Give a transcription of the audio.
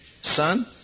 Son